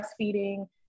breastfeeding